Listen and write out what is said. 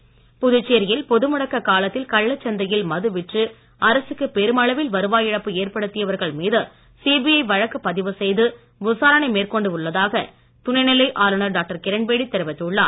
கிரண்பேடி புதுச்சேரியில் பொது முடக்க காலத்தில் கள்ளச் சந்தையில் மது விற்று அரசுக்கு பெருமளவில் வருவாய் இழப்பு ஏற்படுத்தியவர்கள் மீது சிபிஐ வழக்கு பதிவு செய்து விசாரணை மேற்கொண்டுள்ளதாக துணைநிலை ஆளுநர் டாக்டர் கிரண்பேடி தெரிவித்துள்ளார்